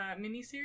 miniseries